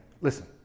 Listen